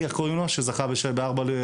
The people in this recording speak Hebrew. איפה הוא רוכב?